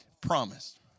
promised